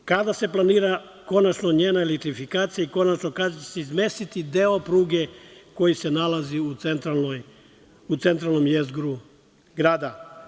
Kada se planira konačno njena elektrifikacija i konačno kada će se izmestiti deo pruge koji se nalazi u centralnom jezgru grada?